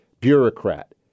bureaucrat